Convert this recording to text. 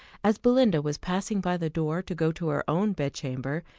as belinda was passing by the door to go to her own bedchamber,